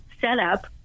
setup